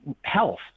health